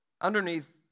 Underneath